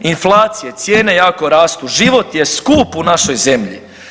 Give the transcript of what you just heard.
Inflacija, cijene jako rastu, život je skup u našoj zemlji.